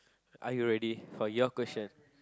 are you ready for your question